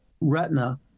retina